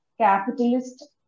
capitalist